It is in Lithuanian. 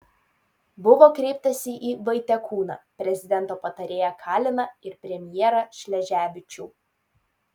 buvo kreiptasi į vaitekūną prezidento patarėją kaliną ir premjerą šleževičių